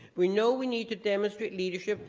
we know we need to demonstrate leadership,